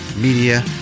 Media